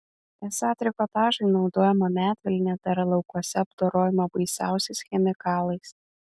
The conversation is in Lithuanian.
esą trikotažui naudojama medvilnė dar laukuose apdorojama baisiausiais chemikalais